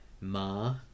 Ma